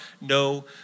no